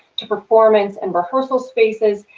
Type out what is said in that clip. to performance and rehearsal spaces,